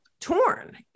torn